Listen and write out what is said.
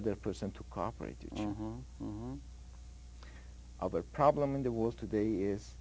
other person to cooperate the other problem in the world today is